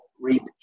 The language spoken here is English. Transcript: reap